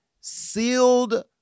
sealed